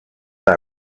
they